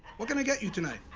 what can i get you tonight?